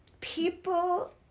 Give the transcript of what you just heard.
people